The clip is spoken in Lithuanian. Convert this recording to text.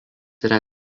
yra